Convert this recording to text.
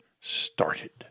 started